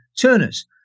turners